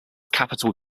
capital